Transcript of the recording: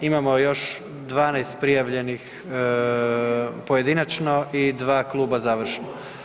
Imamo još 12 prijavljenih pojedinačno i 2 kluba završno.